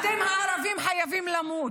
אתם הערבים חייבים למות.